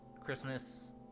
Christmas